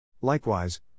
Likewise